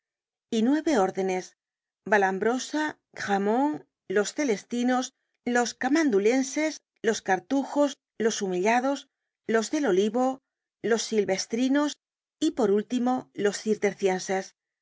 y nueve órdenes valambrosa grammont los celestinos los camandulenses los cartujos los humillados los del olivo los silvestrinos y por última los